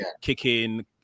kicking